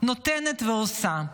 נותנת ועושה: